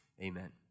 Amen